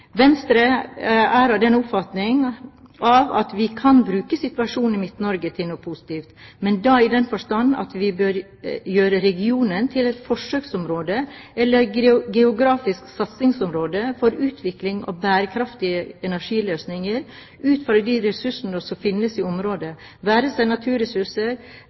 Venstre er av den oppfatning at vi kan bruke situasjonen i Midt-Norge til noe positivt, men da i den forstand at vi bør gjøre regionen til et forsøksområde eller et geografisk satsingsområde for utvikling av bærekraftige energiløsninger ut fra de ressurser som finnes i området – det være seg naturressurser